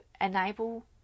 enable